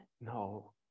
No